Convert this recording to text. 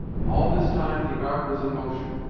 all this time the ark was in motion,